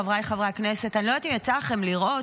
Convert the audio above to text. חבריי חברי הכנסת, אני לא יודעת אם יצא לכם לראות,